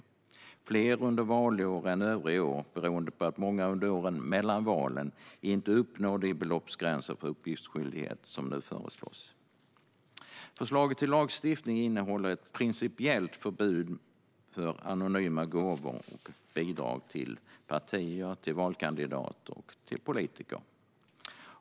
Det handlar om fler under valår än övriga år, beroende på att många under åren mellan valen inte uppnår de beloppsgränser för uppgiftsskyldighet som nu föreslås. Förslaget till lagstiftning innehåller ett principiellt förbud mot anonyma gåvor och bidrag till partier, valkandidater och politiker.